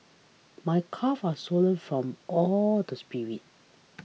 my calves are sore from all the sprints